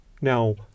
now